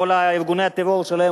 בכל ארגוני הטרור שלהם,